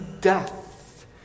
death